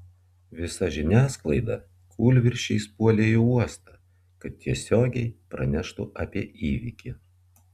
visa žiniasklaida kūlvirsčiais puolė į uostą kad tiesiogiai praneštų apie įvykį